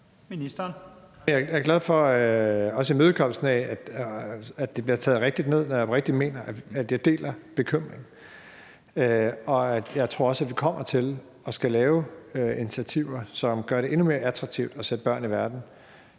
og at det bliver taget rigtigt ned, når jeg oprigtigt mener, at jeg deler bekymringen. Jeg tror også, at vi kommer til at skulle lave initiativer, som gør det endnu mere attraktivt at sætte børn i verden